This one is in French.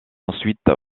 ensuite